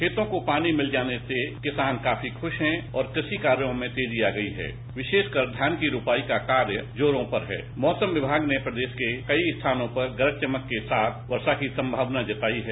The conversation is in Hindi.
खेतों को पानी मिल जाने से किसान काफी खुश हैं और कृषि कार्यो में तेजी आ गयी है विशेषकर धान की रोपाई का काम जोरो पर है मौसम विभाग ने प्रदेश के काफी स्थानों पर गरज चमक के साथ वर्षा की संभवना जताई है